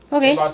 okay